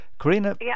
Karina